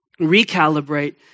recalibrate